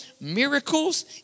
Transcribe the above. miracles